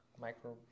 Micro